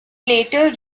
later